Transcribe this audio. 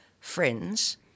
friends